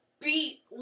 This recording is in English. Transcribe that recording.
Beat